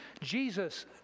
Jesus